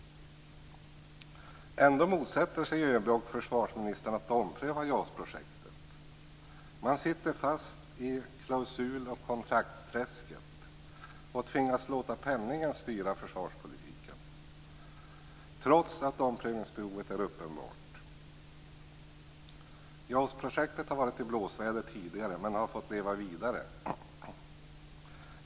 Ändå motsätter sig ÖB och försvarsministern att ompröva JAS-projektet. Man sitter fast i klausul och kontraktsträsket och tvingas låta penningen styra försvarspolitiken, trots att omprövningsbehovet är uppenbart. JAS-projektet har varit i blåsväder tidigare men har fått leva vidare.